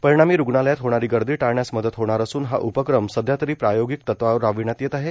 परिणामी रुग्णालयात होणारी गर्दी टाळण्यास मदत होणार असून हा उपक्रम सध्या तरी प्रायोगिक तत्वावर राबविण्यात येत आहे